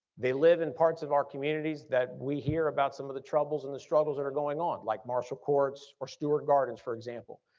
they live in parts of our communities that we hear about some of the troubles and the struggles that are going on, like marshall courts or stuart gardens for example.